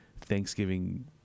Thanksgiving